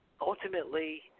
Ultimately